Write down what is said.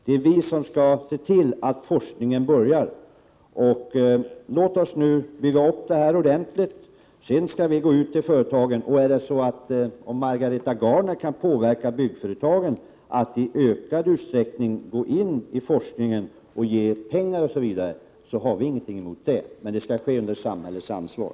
Det är vi som skall se till att forskningsarbetet sätter i gång. Låt oss nu bygga upp detta ordentligt och sedan gå ut till företagen. Om Ingela Gardner kan påverka byggföretagen att i ökad utsträckning gå in i forskningen och bidra med pengar och annat till den, har vi ingenting emot det, men det skall ske under samhällets ansvar.